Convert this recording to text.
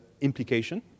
implication